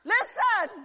Listen